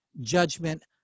judgment